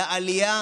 לעלייה